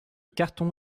carton